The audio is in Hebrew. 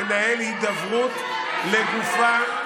שתנהל הידברות לגופה של הצעת החוק.